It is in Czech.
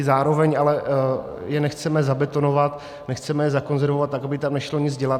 Zároveň ale je nechceme zabetonovat, nechceme je zakonzervovat tak, aby tam nešlo nic dělat.